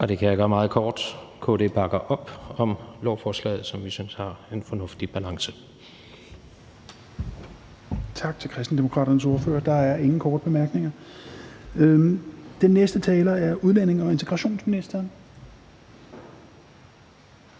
Det kan jeg gøre meget kort. KD bakker op om lovforslaget, som vi synes har en fornuftig balance. Kl. 19:24 Tredje næstformand (Rasmus Helveg Petersen): Tak til Kristendemokraternes ordfører. Der er ingen korte bemærkninger. Den næste taler er udlændinge- og integrationsministeren.